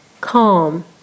calm